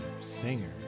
singer